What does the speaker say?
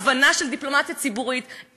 הבנה של דיפלומטיה ציבורית,